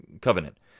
covenant